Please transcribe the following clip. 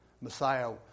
Messiah